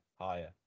higher